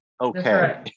Okay